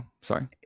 sorry